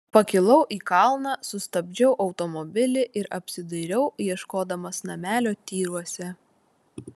pakilau į kalną sustabdžiau automobilį ir apsidairiau ieškodamas namelio tyruose